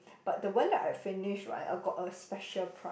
but the one that I finish right I got a special prize